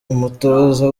umutoza